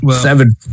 seven